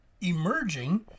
emerging